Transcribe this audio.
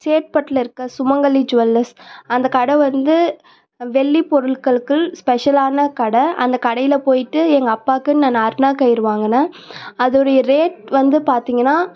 சேத்துபெட்ல இருக்க சுமங்கலி ஜுவல்லர்ஸ் அந்த கடை வந்து வெள்ளி பொருட்களுக்கு ஸ்பெஷலான கடை அந்த கடையில போய்விட்டு எங்கள் அப்பாக்குன்னு நான் அரைணாகயிறு வாங்கினேன் அதோடைய ரேட் வந்து பார்த்திங்கன்னா